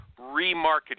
remarketing